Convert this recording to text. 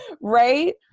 right